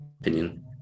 Opinion